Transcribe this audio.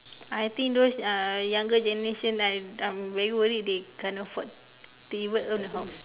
I think those uh younger generations ah I'm very worried they can't afford to even own a house